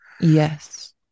Yes